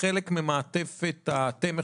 וכחלק ממעטפת התמך,